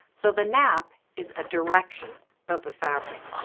so the nap is a direction of the fabric.